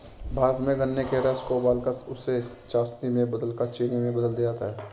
भारत में गन्ने के रस को उबालकर उसे चासनी में बदलकर चीनी में बदल दिया जाता है